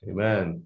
Amen